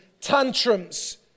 tantrums